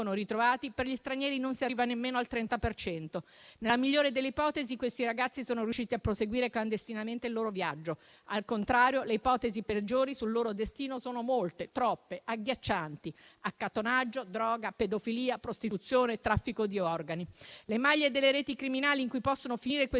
ritrovato, per gli stranieri non si arriva nemmeno al 30 per cento. Nella migliore delle ipotesi, quei ragazzi sono riusciti a proseguire clandestinamente il loro viaggio. Al contrario, le ipotesi peggiori sul loro destino sono molte, troppe, agghiaccianti: accattonaggio, droga, pedofilia, prostituzione, traffico di organi. Le maglie delle reti criminali in cui possono finire questi